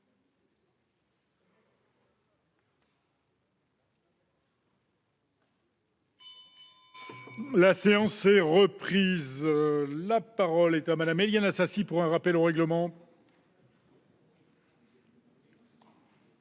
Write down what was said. La séance est reprise. La parole est à Mme Éliane Assassi, pour un rappel au règlement.